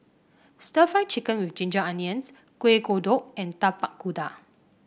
stir Fry Chicken with Ginger Onions Kuih Kodok and Tapak Kuda